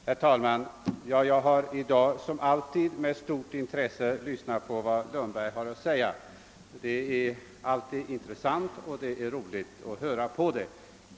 Herr talman! Det är alltid roligt och intressant att lyssna på herr Lundberg, och det har varit intressant att göra det i dag också.